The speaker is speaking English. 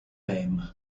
name